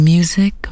Music